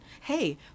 hey